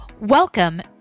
Welcome